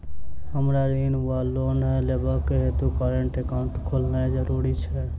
हमरा ऋण वा लोन लेबाक हेतु करेन्ट एकाउंट खोलेनैय जरूरी छै?